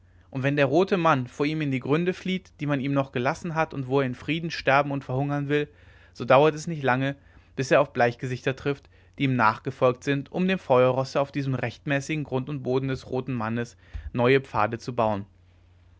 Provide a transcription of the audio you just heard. und wenn der rote mann vor ihm in die gründe flieht die man ihm noch gelassen hat und wo er im frieden sterben und verhungern will so dauert es nicht lange bis er auf bleichgesichter trifft die ihm nachgefolgt sind um dem feuerrosse auf diesem rechtmäßigen grund und boden des roten mannes neue pfade zu bauen